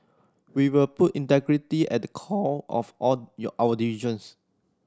we will put integrity at the core of all your our decisions